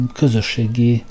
közösségi